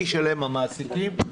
מי ישלם, המעסיקים?